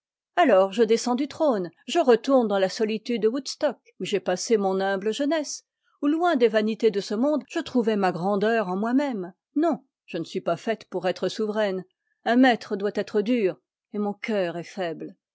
alors je descends du trône je retourne dans la solitude de wood stock où j'ai passé mon humble jeunesse où loin des vanités de ce monde je trouvais ma grandeur en moi-même non je ne suis pas faite pour être souveraine un maître doit être dur et mon cœur est